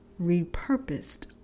Repurposed